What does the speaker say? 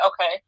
okay